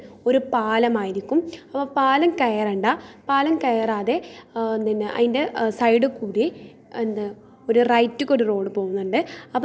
പിന്നെ ടിവി പ്രോഗ്രാമുകൾ കുറേ കാണാറുണ്ട് എഫ് ഐ ആർ എന്ന ടിവി പ്രോഗ്രാം ഞാൻ കാണാറുണ്ട് ഇതേ പോലത്തെ കുറേ പ്രാദേശികമായ യുട്യൂബ് ചാനലുകൾ ടിവി പ്രോഗ്രാമുകളും ഞാൻ കാണാറുണ്ട്